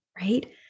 right